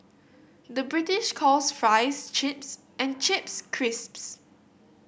the British calls fries chips and chips crisps